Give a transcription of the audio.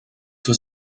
suo